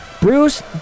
Bruce